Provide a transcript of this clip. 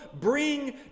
bring